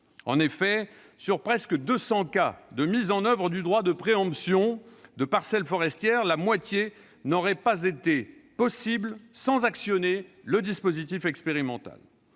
En effet, sur presque 200 cas de mise en oeuvre du droit de préemption de parcelles forestières, la moitié n'aurait pas été possible sans actionner le dispositif expérimental.